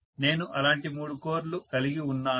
నేను అలాంటి మూడు కోర్ లు కలిగి ఉన్నాను